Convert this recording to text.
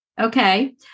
Okay